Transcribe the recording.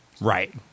right